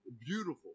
Beautiful